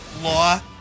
law